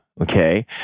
okay